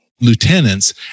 lieutenants